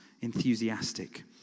enthusiastic